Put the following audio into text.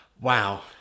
Wow